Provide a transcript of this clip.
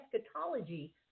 eschatology